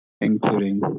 including